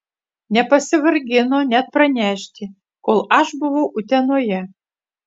nepasivargino net pranešti kol aš buvau utenoje